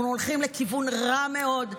אנחנו הולכים לכיוון רע מאוד.